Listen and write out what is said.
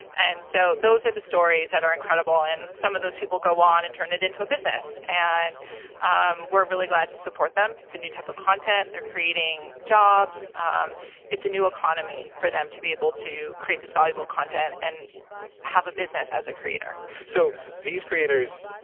and so those are the stories that are incredible and some of those people go on and turn it into a business. and um we're really glad to support them. it's a new type of content. they're creating jobs. um it's a new economy for them to be able to create this valuable content and have a business as a creator. so these creators